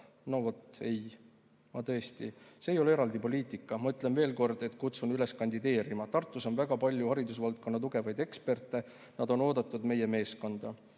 "No vot. Ei … ma tõesti … see ei ole eraldi poliitika. Ma ütlen veel kord, et kutsun üles kandideerima. Tartus on väga palju haridusvaldkonna tugevaid eksperte, nad on oodatud meie meeskonda."